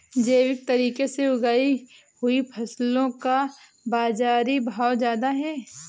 जैविक तरीके से उगाई हुई फसलों का बाज़ारी भाव ज़्यादा है